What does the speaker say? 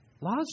Laws